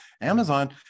Amazon